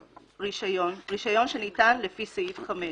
"רישיון" רישיון שניתן לפי סעיף 5,